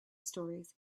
stories